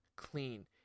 clean